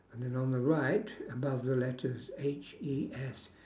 and then on the right above the letters H E S